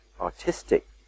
Artistic